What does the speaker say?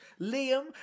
Liam